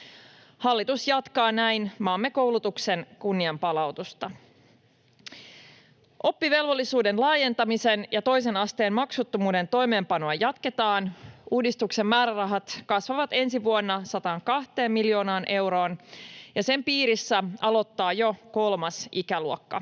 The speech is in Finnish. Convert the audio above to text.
Hallitus jatkaa näin maamme koulutuksen kunnianpalautusta. Oppivelvollisuuden laajentamisen ja toisen asteen maksuttomuuden toimeenpanoa jatketaan. Uudistuksen määrärahat kasvavat ensi vuonna 102 miljoonaan euroon, ja sen piirissä aloittaa jo kolmas ikäluokka.